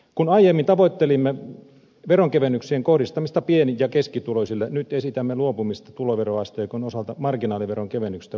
kun aiemmin tavoittelimme veronkevennyksien kohdistamista pieni ja keskituloisille nyt esitämme luopumista tuloveroasteikon osalta marginaaliveron kevennyksestä kokonaan